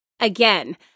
Again